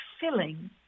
filling